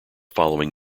following